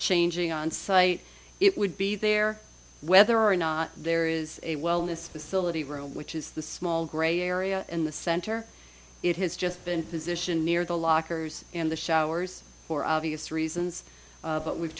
changing onsite it would be there whether or not there is a wellness facility room which is the small gray area in the center it has just been positioned near the lockers and the showers for obvious reasons but we've